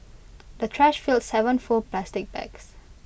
the trash filled Seven full plastic bags